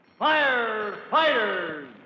Firefighters